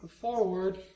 forward